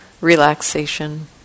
relaxation